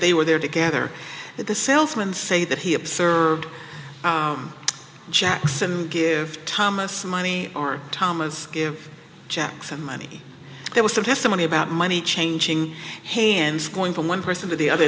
they were there together that the salesman say that he observed jackson give thomas money or thomas jackson money there was some testimony about money changing hands going from one person to the other